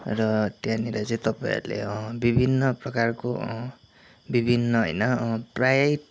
र त्यहाँनिर चाहिँ तपाईँहरूले विभिन्न प्रकारको विभिन्न होइन प्राय